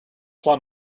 plum